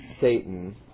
Satan